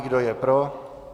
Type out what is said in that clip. Kdo je pro?